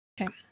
Okay